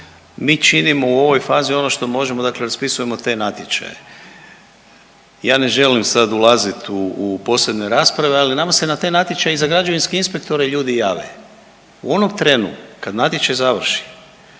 Mi činimo u ovoj fazi ono što možemo dakle raspisujemo te natječaje. Ja ne želim sad ulazit u posebne rasprave, ali nama se za taj natječaj i za građevinske inspektore ljudi jave. U onom trenu kad natječaj završi